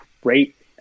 great